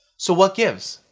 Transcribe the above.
so what gives?